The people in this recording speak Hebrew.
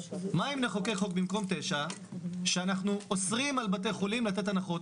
מה אם נחוקק במקום סעיף 9 שאנחנו אוסרים על בתי חולים לתת הנחות?